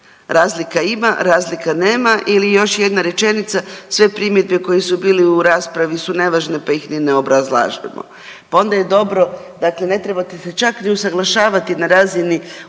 Razlika ima, razlika nema ili još jedna rečenice, sve primjedbe koje su bile u raspravi su nevažne pa ih ni ne obrazlažemo.